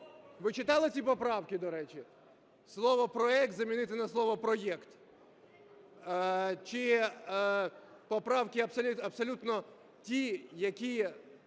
Ви читали ці поправки, до речі? Слово "проект" замінити на слово "проєкт". Чи поправки абсолютно ті, які